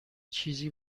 چیزی